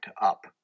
up